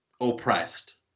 oppressed